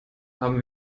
haben